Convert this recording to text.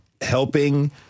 helping